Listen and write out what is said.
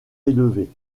élevé